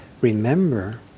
remember